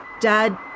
Dad